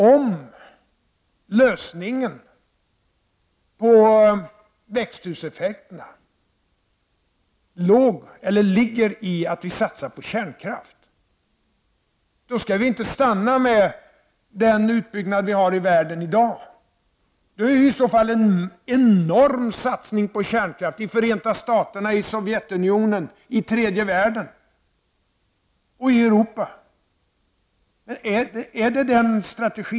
Om lösningen på växthuseffekterna ligger i att vi satsar på kärnkraft, skall vi inte stanna vid den utbyggnad som kan konstateras i världen i dag. I så fall blir det en enorm satsning på kärnkraft i Förenta Staterna, Sovjetunionien, tredje världen och även i Europa.